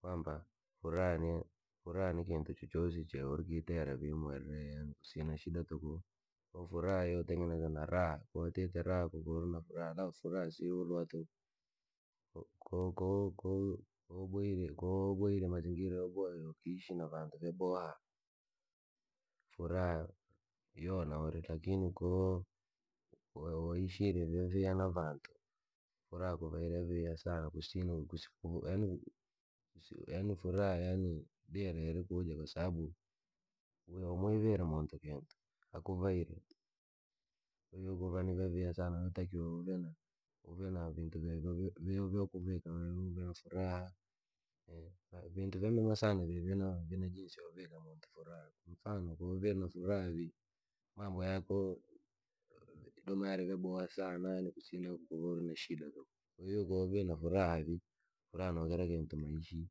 kwamba furaha ni furaha ni kintu chochosi che wokitera wewe kusina shida tuku. Furaha yotengenezwa na raha kwatite raha kuvauri na furaha, furaha si iulua tu. Ko ko ko booire mazingira yaboha yoo ishi na vantu vyaboha. Furaha yoona uri lakini ko waishire vyaviha na vaantu. Yaani furaha yani dere kuja kwasababu ko wamhire muntu kintu akuvaire kwahiyo kuvairi watakiwa uwe na, uwe na vintu vyaviha vintu vyaako vye vyokuhera lugha na furaha, vintu vyamema sana vyomvika muntu kuva na furaha. Mfano ko wavire na furaha vii mambo yako domare va vyboha sana furaha no kira kintu maishi.